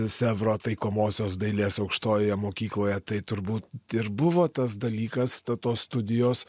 sevro taikomosios dailės aukštojoje mokykloje tai turbūt ir buvo tas dalykas ta tos studijos